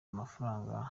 amafaranga